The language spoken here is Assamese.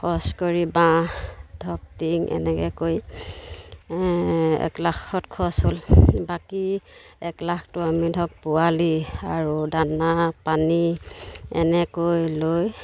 খৰচ কৰি বাঁহ ধৰক টিং এনেকৈ কৰি এক লাখত খৰচ হ'ল বাকী এক লাখটো আমি ধৰক পোৱালি আৰু দানা পানী এনেকৈ লৈ